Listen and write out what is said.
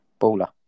baller